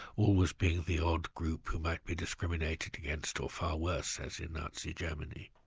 always being the odd group who might be discriminated against or far worse as in nazi germany.